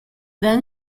then